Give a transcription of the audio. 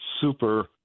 super